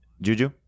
Juju